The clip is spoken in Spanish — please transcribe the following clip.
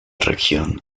región